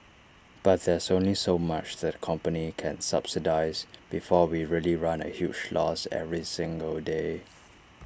but there's only so much that the company can subsidise before we really run A huge loss every single day